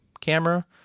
camera